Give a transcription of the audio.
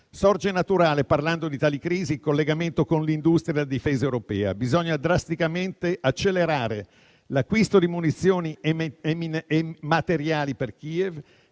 Sorge naturale, parlando di tali crisi, il collegamento con l'industria della difesa europea: bisogna drasticamente accelerare l'acquisto di munizioni e materiali per Kiev